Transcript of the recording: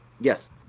Yes